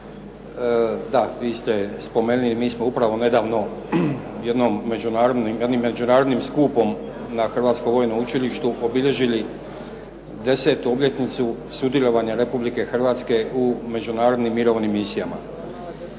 da vi ste spomenuli mi smo upravo nedavno jednim međunarodnim skupom na Hrvatskom vojnom učilištu obilježili 10. obljetnicu sudjelovanja Republike Hrvatske u međunarodnim mirovnim misijama.